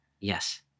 Yes